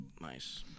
Nice